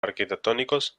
arquitectónicos